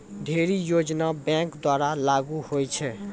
ढ़ेरी योजना बैंक द्वारा लागू होय छै